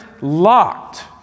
locked